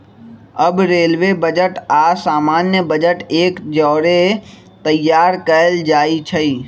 अब railway budget आऽ सामान्य बजट एक जौरे तइयार कएल जाइ छइ